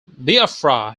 biafra